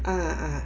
ah ah